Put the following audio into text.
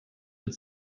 wird